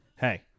hey